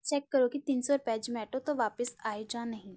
check ਕਰੋ ਕਿ ਤਿੰਨ ਰੁਪਏ ਜ਼ੋਮੈਟੋ ਤੋਂ ਵਾਪਿਸ ਆਏ ਜਾਂ ਨਹੀਂ